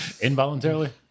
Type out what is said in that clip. Involuntarily